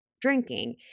drinking